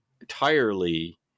entirely